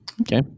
Okay